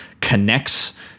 connects